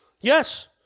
yes